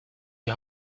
die